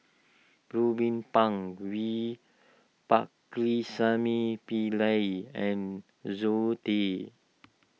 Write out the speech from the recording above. Ruben Pang V Pakirisamy Pillai and Zoe Tay